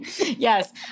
yes